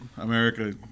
America